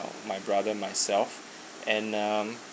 my brother myself and um